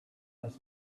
this